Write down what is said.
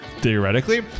Theoretically